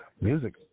Music